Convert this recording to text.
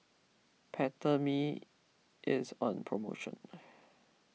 Peptamen is on promotion